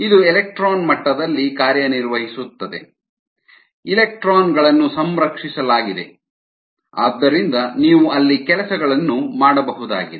ಇದು ಎಲೆಕ್ಟ್ರಾನ್ ಮಟ್ಟದಲ್ಲಿ ಕಾರ್ಯನಿರ್ವಹಿಸುತ್ತದೆ ಎಲೆಕ್ಟ್ರಾನ್ ಗಳನ್ನು ಸಂರಕ್ಷಿಸಲಾಗಿದೆ ಆದ್ದರಿಂದ ನೀವು ಅಲ್ಲಿ ಕೆಲಸಗಳನ್ನು ಮಾಡಬಹುದಾಗಿದೆ